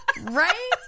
right